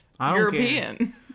European